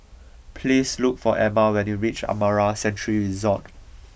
please look for Emma when you reach Amara Sanctuary Resort